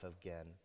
again